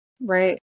right